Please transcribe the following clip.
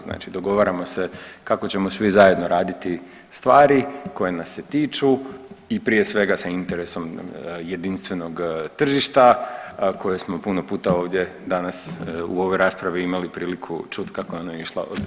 Znači dogovaramo se kako ćemo svi zajedno raditi stvari koje nas se tiču i prije svega sa interesom jedinstvenog tržišta koje smo puno puta ovdje danas u ovoj raspravi imali priliku čuti kako je ono išla.